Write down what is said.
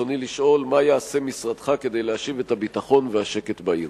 רצוני לשאול: מה יעשה משרדך כדי להשיב את הביטחון והשקט בעיר?